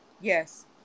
Yes